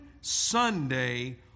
Sunday